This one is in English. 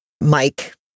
Mike